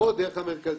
או דרך המרכזים.